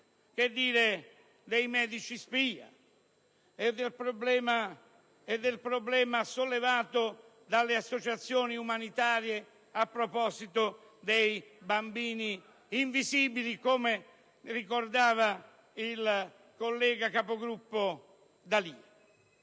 Che dire dei medici spia e del problema sollevato dalle associazioni umanitarie a proposito dei bambini invisibili, come ricordava il collega capogruppo D'Alia?